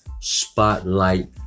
spotlight